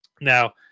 Now